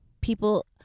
people